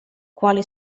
quali